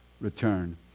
return